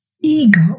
ego